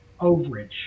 overage